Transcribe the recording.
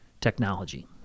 technology